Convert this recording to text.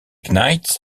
knights